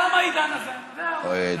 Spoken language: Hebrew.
תם העידן הזה, זהו.